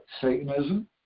Satanism